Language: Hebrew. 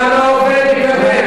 כמה את נשמעת אומללה.